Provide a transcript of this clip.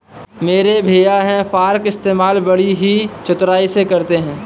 मेरे भैया हे फार्क इस्तेमाल बड़ी ही चतुराई से करते हैं